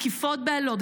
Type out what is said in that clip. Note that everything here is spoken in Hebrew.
תקיפות באלות,